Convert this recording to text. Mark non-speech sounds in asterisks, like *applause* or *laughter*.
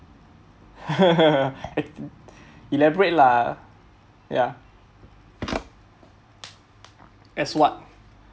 *laughs* elaborate lah ya as what